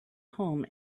home